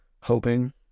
hoping